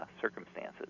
circumstances